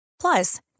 Plus